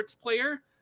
player